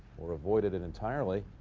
or avoided it entirely.